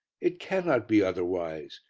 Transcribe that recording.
it cannot be otherwise.